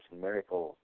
miracle